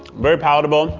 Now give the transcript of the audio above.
very palatable.